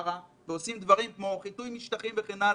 ועושים דברים כמו חיטוי משטחים וכן הלאה,